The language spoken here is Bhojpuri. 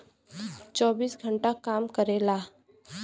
चौबीस घंटा काम करेला